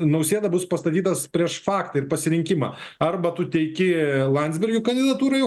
nausėda bus pastatytas prieš faktą ir pasirinkimą arba tu teiki landsbergį kandidatūrai